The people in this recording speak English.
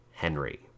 henry